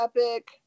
epic